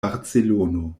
barcelono